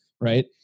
right